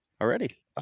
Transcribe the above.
already